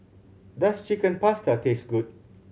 does Chicken Pasta taste good